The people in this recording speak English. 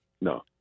No